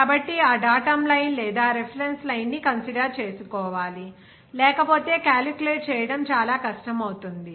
కాబట్టి ఆ datum line లేదా రిఫరెన్స్ లైన్ ని కన్సిడర్ చేసుకోవాలి లేకపోతే క్యాలిక్యులేట్ చేయడం చాలా కష్టం అవుతుంది